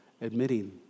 admitting